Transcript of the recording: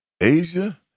Asia